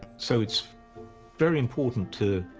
so it's very important to,